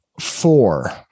four